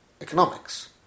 economics